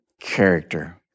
character